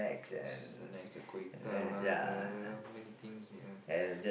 lah there there many things ya